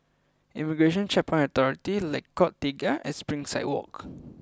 Immigration and Checkpoints Authority Lengkok Tiga and Springside Walk